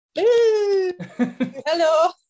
Hello